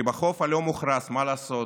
כי בחוף הלא-מוכרז, מה לעשות,